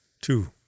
two